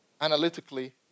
analytically